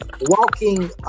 walking